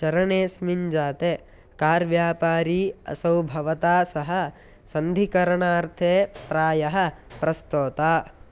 चरणेस्मिन् जाते कार् व्यापारी असौ भवता सह सन्धिकरणार्थे प्रायः प्रस्तोता